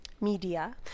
media